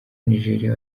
nigeria